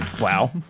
Wow